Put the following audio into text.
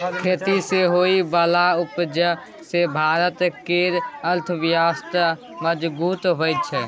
खेती सँ होइ बला उपज सँ भारत केर अर्थव्यवस्था मजगूत होइ छै